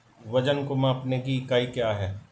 वजन को मापने के लिए इकाई क्या है?